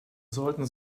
sollten